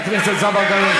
חברת הכנסת זהבה גלאון,